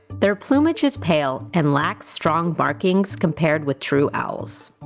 their plumage is pale, and lacks strong markings compared with true-owls.